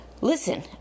listen